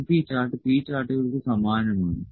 np chart P ചാർട്ടുകൾക്ക് സമാനമാണ്